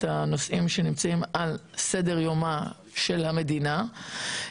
הנושאים שנמצאים על סדר יומה של המדינה.